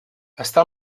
està